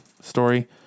story